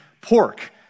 pork